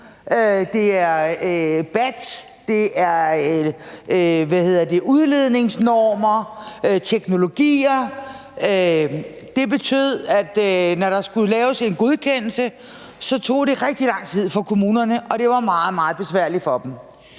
det er BAT, det er udledningsnormer, teknologier. Det betød, at når der skulle laves en godkendelse, tog det rigtig lang tid for kommunerne, og det var meget, meget besværligt for dem.